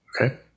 Okay